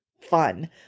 fun